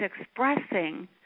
expressing